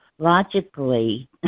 logically